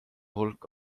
hulk